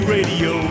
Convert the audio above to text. Radio